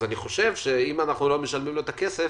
שלושה חודשים